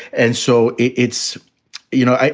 and so it's you know,